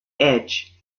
edge